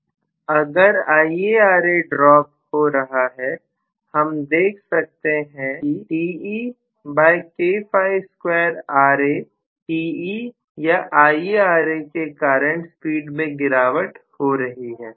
professor अगर IaRa drop हो रहा है हम देख सकते हैं कि Te या IaRa के कारण स्पीड में गिरावट हो रही है